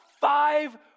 five